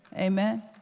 Amen